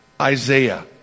Isaiah